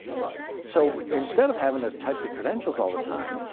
right. so instead of having to type the credentials all the time,